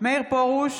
מאיר פרוש,